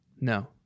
No